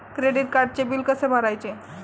Credit कार्डचे bill कसे भरायचे?